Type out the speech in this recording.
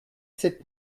sept